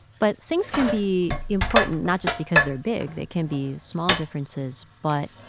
but things can be important not just because they're big. they can be small differences but